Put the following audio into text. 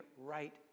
right